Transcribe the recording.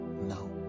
now